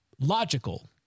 logical